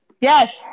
Yes